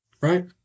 right